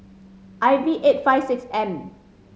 I V eight five six M